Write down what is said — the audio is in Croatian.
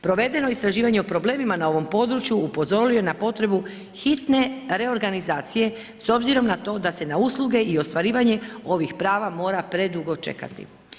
Provedeno istraživanje o problemima na ovom području upozorio je na potrebu hitne reorganizacije s obzirom na to da se na usluge i ostvarivanje ovih prava mora predugo čekati.